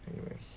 you know